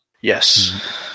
Yes